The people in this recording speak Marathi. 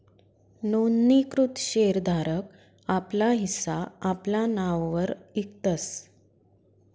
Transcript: नोंदणीकृत शेर धारक आपला हिस्सा आपला नाववर इकतस